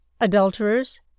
adulterers